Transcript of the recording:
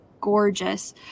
gorgeous